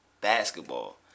basketball